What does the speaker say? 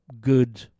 good